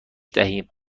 دهیم